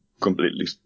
completely